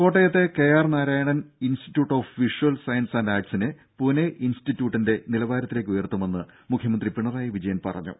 കോട്ടയത്തെ K R Narayanan institute of visual science and ആർട്സിനെ പൂനെ ഇൻസ്റ്റിറ്റ്യൂട്ടിന്റെ നിലവാരത്തിലേക്ക് ഉയർത്തുമെന്ന് മുഖ്യമന്ത്രി പിണറായി വിജയൻ പറഞ്ഞു